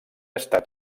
estat